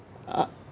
uh